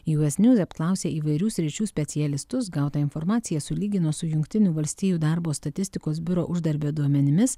juesnjuz apklausė įvairių sričių specialistus gautą informaciją sulygino su jungtinių valstijų darbo statistikos biuro uždarbio duomenimis